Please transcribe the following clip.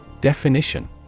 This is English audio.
Definition